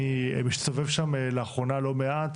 אני מסתובב שם לאחרונה לא מעט.